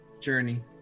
Journey